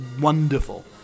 wonderful